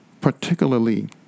particularly